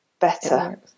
better